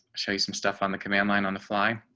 show you some stuff on the command line on the fly.